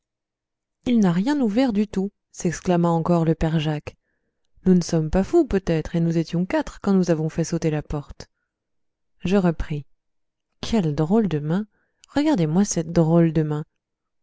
il n'a rien ouvert du tout s'exclama encore le père jacques nous ne sommes pas fous peut-être et nous étions quatre quand nous avons fait sauter la porte quelle drôle de main regardez-moi cette drôle de main